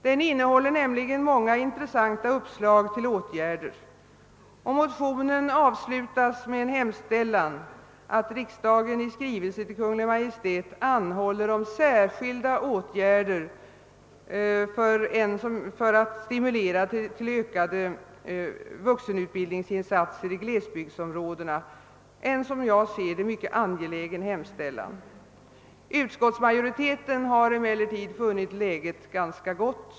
Den innehåller nämligen många intressanta uppslag till åtgärder, och den avslutas med en hemställan att riksdagen i skrivelse till Kungl. Maj:t anhåller om särskilda åtgärder för att stimulera till ökade vuxenut bildningsinsatser i glesbygdsområdena; en som jag ser det mycket angelägen hemställan. Utskottsmajoriteten har emellertid funnit läget ganska gott.